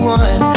one